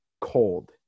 cold